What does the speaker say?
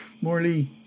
Morley